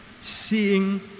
seeing